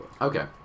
Okay